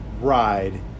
ride